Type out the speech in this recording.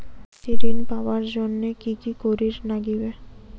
কৃষি ঋণ পাবার জন্যে কি কি করির নাগিবে?